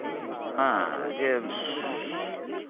ᱦᱮᱸ ᱡᱮ